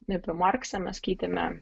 apie marksą mes skaitėme